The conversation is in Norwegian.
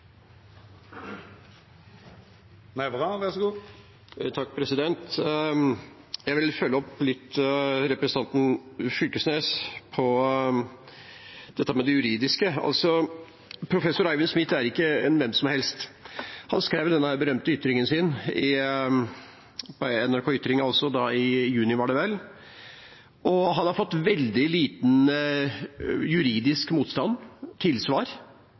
juridiske. Professor Eivind Smith er ikke en hvem som helst. Han skrev denne berømte ytringen sin på NRK Ytring i juli, og han har fått veldig liten juridisk motstand eller tilsvar.